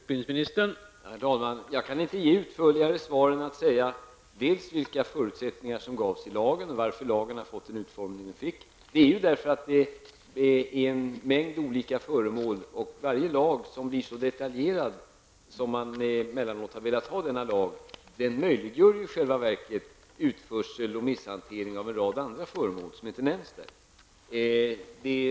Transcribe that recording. Herr talman! Jag kan inte ge ett utförligare svar än att ange vilka förutsättningar som gavs i lagen. Lagen gavs den utformning den fick eftersom det är fråga om en mängd olika föremål. Varje lag som blir så detaljerad som man emellanåt har velat ha denna lag, möjliggör i själva verket utförsel och misshantering av en rad andra föremål som inte nämns i en sådan lag.